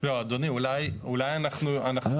לא, אדוני, אולי אנחנו --- לא.